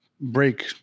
break